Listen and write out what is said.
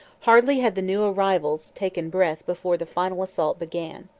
hardly had the new arrivals taken breath before the final assault began.